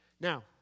Now